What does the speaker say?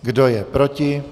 Kdo je proti?